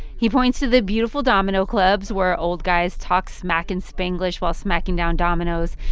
he points to the beautiful domino clubs where old guys talk smack in spanglish while smacking down dominoes.